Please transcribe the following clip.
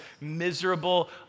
miserable